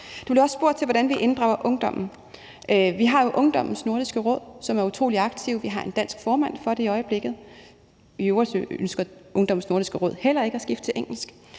blev også spurgt til, hvordan vi inddrager ungdommen. Vi har jo Ungdommens Nordiske Råd, som er utrolig aktivt. Vi har en dansk formand for det i øjeblikket. I øvrigt ønsker Ungdommens Nordiske Råd heller ikke at skifte til engelsk.